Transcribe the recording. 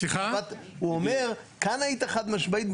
הוא אומר כאן היית חד משמעי.